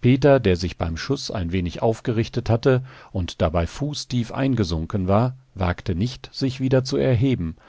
peter der sich beim schuß ein wenig aufgerichtet hatte und dabei fußtief eingesunken war wagte nicht sich wieder zu erheben